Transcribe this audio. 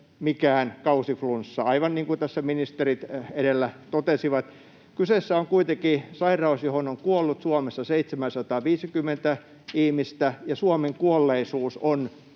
mikään kausiflunssa, aivan niin kuin tässä ministerit edellä totesivat. Kyseessä on kuitenkin sairaus, johon on kuollut Suomessa 750 ihmistä, ja Suomen kuolleisuus on